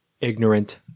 ignorant